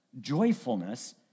joyfulness